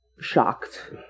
shocked